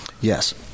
Yes